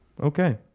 Okay